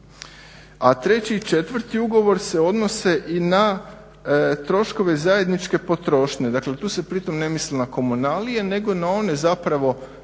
a treći i četvrti ugovor se odnose i na troškove zajedničke potrošnje. Dakle, tu se pritom ne misli na komunalije nego na one zapravo